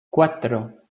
cuatro